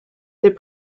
des